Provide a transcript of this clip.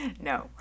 No